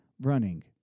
running